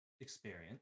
experience